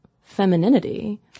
femininity